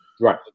Right